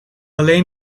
alleen